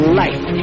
life